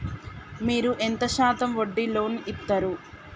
మీరు ఎంత శాతం వడ్డీ లోన్ ఇత్తరు?